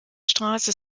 straße